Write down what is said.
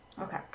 Okay